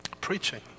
Preaching